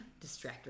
Distractor